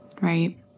right